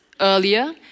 earlier